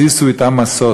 "שישו אתה משוש